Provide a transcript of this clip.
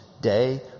day